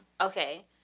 okay